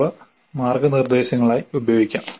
അവ മാർഗ്ഗനിർദ്ദേശങ്ങളായി ഉപയോഗിക്കാം